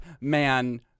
man